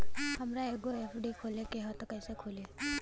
हमरा एगो एफ.डी खोले के हवे त कैसे खुली?